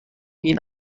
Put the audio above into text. این